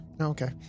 Okay